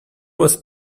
was